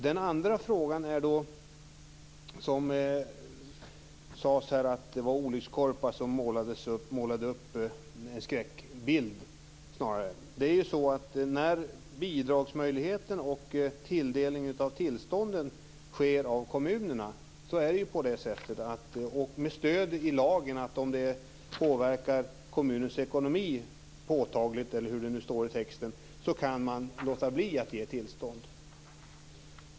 Den andra frågan gäller det som här sades om att olyckskorpar målade upp en skräckbild. Bidragsmöjligheten och tilldelningen av tillstånden beror av kommunerna. När det påverkar kommunens ekonomi påtagligt, eller hur det nu står i texten, kan man med stöd i lagen låta bli att ge tillstånd.